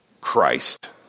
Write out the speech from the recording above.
Christ